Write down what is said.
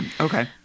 Okay